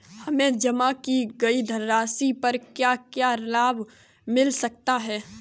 हमें जमा की गई धनराशि पर क्या क्या लाभ मिल सकता है?